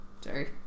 Sorry